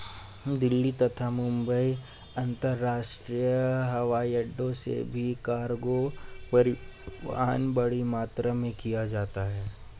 दिल्ली तथा मुंबई अंतरराष्ट्रीय हवाईअड्डो से भी कार्गो परिवहन बड़ी मात्रा में किया जाता है